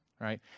right